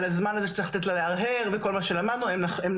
על הזמן הזה שצריך לתת לה בכדי להרהר וכל מה שלמדנו זה נכון,